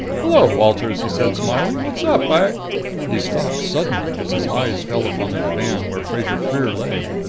hello, walters! he said, smiling. what's up? i he stopped suddenly as his eyes fell upon the divan where fraser-freer lay.